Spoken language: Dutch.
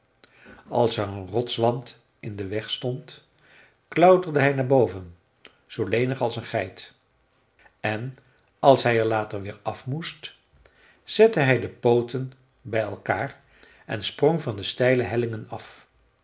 als er een rotswand in den weg stond klauterde hij naar boven zoo lenig als een geit en als hij er later weer af moest zette hij de pooten bij elkaar en sprong van de steile hellingen af